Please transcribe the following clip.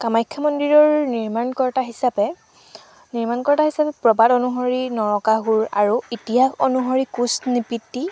কামাখ্যা মন্দিৰৰ নিৰ্মাণকৰ্তা হিচাপে নিৰ্মাণকৰ্তা হিচাপে প্ৰবাদ অনুসৰি নৰকাসুৰ আৰু ইতিহাস অনুসৰি কোঁচ নৃপতি